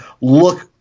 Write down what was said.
look